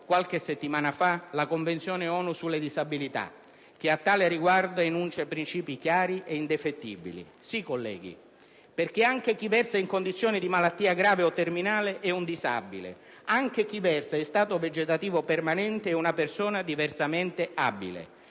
qualche settimana fa, la Convenzione ONU sui diritti delle persone con disabilità che, a tale riguardo, enuncia principi chiari e indefettibili. Sì colleghi! Perché anche chi versa in condizione di malattia grave o terminale è un disabile, anche chi versa in stato vegetativo permanente è una persona diversamente abile.